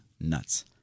Nuts